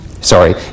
sorry